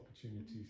opportunities